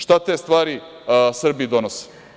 Šta te stvari Srbiji donose?